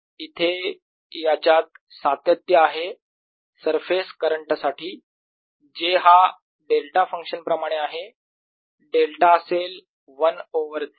इथे याच्यात सातत्य आहे सरफेस करंट साठी j हा डेल्टा फंक्शन प्रमाणे आहे डेल्टा असेल 1 ओवर z